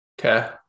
Okay